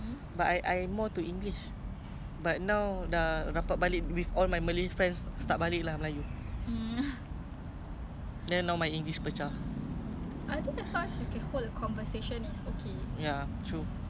mix ke tak mix ke I mean as long as they faham lah eh if example lah if that person really don't understand english ah that [one] need to really speak in their language ah macam try our best